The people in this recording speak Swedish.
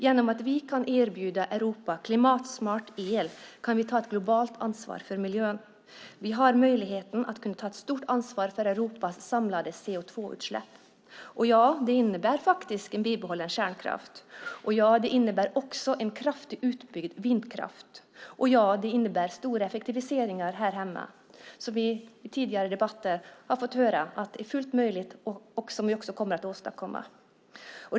Genom att vi kan erbjuda Europa klimatsmart el kan vi ta ett globalt ansvar för miljön. Vi har möjligheten att ta ett stort ansvar för Europas samlade CO2-utsläpp. Ja, det innebär faktiskt en bibehållen kärnkraft. Och ja, det innebär också en kraftigt utbyggd vindkraft. Och ja, det innebär stora effektiviseringar här hemma, som vi i tidigare debatter har fått höra är fullt möjliga och som vi också kommer att åstadkomma.